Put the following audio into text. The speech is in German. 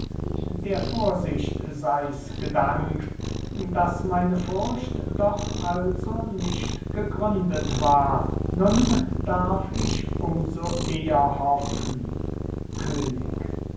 der vorsicht seis gedankt daß meine furcht doch also nicht gegründet war nun darf ich um so eher hoffen könig